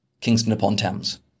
Kingston-upon-Thames